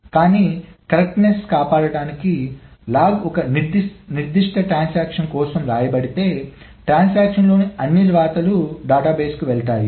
కానీ ఖచ్చితత్వాన్ని కాపాడటానికి లాగ్ ఒక నిర్దిష్ట ట్రాన్సాక్షన్ కోసం వ్రాయబడితే ట్రాన్సాక్షన్ లోని అన్ని వ్రాతలు డేటాబేస్ కు వెళతాయి